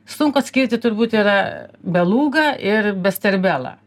sunku atskirti turbūt yra belugą ir besterbelą